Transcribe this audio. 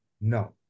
No